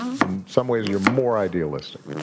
in some ways, you're more idealistic.